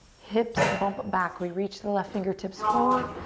hips bump back. we reach the left fingertips forward,